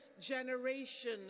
generation